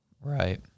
Right